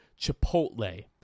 Chipotle